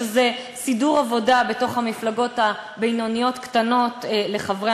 שזה סידור עבודה בתוך המפלגות הבינוניות-קטנות לחברי